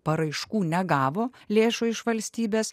paraiškų negavo lėšų iš valstybės